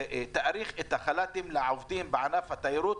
החל"תים לעובדים בענף התיירות.